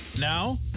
Now